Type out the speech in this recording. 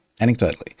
Anecdotally